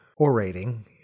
orating